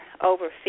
over